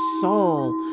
soul